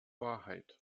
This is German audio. wahrheit